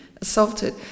assaulted